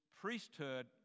priesthood